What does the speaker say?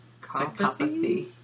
psychopathy